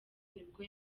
nibwo